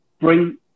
bring